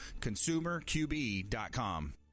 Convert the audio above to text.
ConsumerQB.com